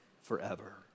forever